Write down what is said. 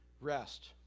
rest